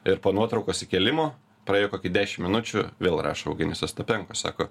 ir po nuotraukos įkėlimo praėjo koki dešim minučių vėl rašo eugenijus ostapenko sako